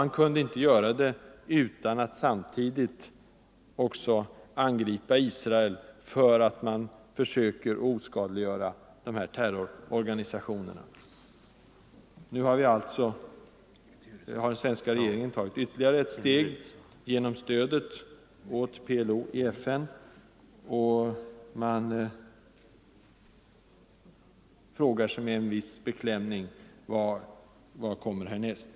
Han kunde inte göra detta utan att samtidigt också angripa Israel för att denna stat försöker oskadliggöra terrororganisationerna. Nu har alltså den svenska regeringen tagit ytterligare ett steg genom stödet åt PLO i FN, och man frågar sig med en viss beklämning: Vad kommer härnäst?